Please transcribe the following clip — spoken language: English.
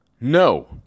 No